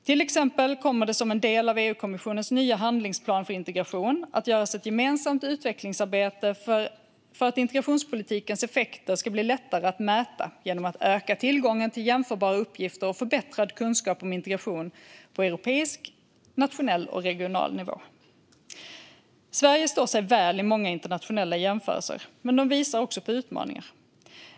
Till exempel kommer det som en del av EU-kommissionens nya handlingsplan för integration att göras ett gemensamt utvecklingsarbete för att integrationspolitikens effekter ska bli lättare att mäta genom att öka tillgången till jämförbara uppgifter och förbättrad kunskap om integration på europeisk, nationell och regional nivå. Sverige står sig väl i många internationella jämförelser, men de visar även på utmaningar.